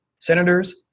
senators